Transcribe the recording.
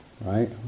right